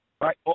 right